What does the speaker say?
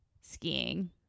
Skiing